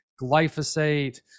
glyphosate